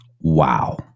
wow